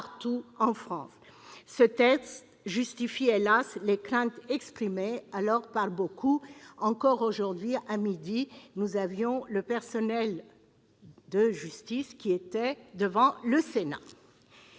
Ce texte justifie, hélas ! les craintes exprimées alors par beaucoup. Encore aujourd'hui, à midi, le personnel de la justice manifestait devant le Sénat.